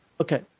Okay